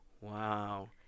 Wow